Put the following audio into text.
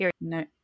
No